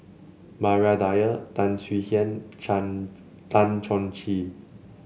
Maria Dyer Tan Swie Hian Chan Tan Chong Tee